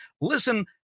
Listen